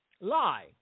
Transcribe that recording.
lie